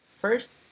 First